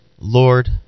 Lord